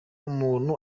umuntu